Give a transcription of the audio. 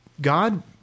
God